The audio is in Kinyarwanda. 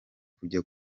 kujya